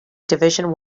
division